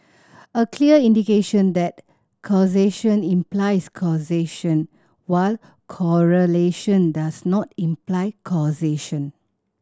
a clear indication that causation implies causation while correlation does not imply causation